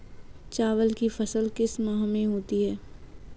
चावल की फसल किस माह में होती है?